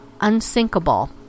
unsinkable